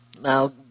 Now